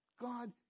God